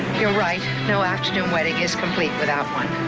you're right. no afternoon wedding is complete without one.